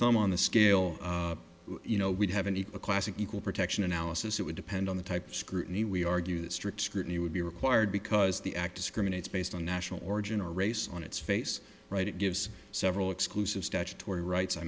thumb on the scale you know we'd have an equal classic equal protection analysis it would depend on the type of scrutiny we argue that strict scrutiny would be required because the act of screen it's based on national origin or race on its face right it gives several exclusive statutory rights i